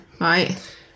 Right